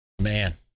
man